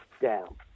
down